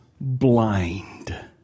blind